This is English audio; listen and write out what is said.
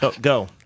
Go